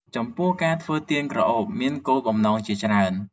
ចំពោះ ការធ្វើទៀនក្រអូបមានគោលបំណងជាច្រើន។